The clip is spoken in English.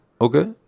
okay